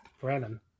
Brennan